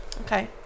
Okay